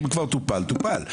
אם כבר טופל, טופל.